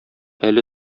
әле